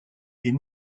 est